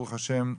ברוך השם,